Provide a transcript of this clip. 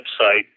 website